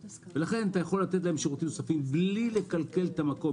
לכן אתה יכול לתת להם שירותים נוספים בלי לקלקל את המקום.